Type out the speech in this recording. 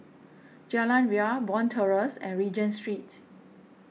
Jalan Ria Bond Terrace and Regent Street